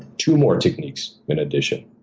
two more techniques, in addition.